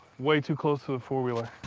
way too close to the four wheeler.